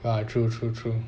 ya true true true